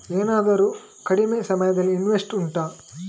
ಏನಾದರೂ ಕಡಿಮೆ ಸಮಯದ ಇನ್ವೆಸ್ಟ್ ಉಂಟಾ